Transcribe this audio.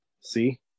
See